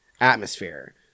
atmosphere